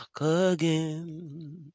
again